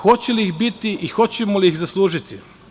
Hoće li ih biti i hoćemo li ih zaslužiti?